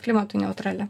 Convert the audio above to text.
klimatui neutralia